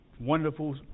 wonderful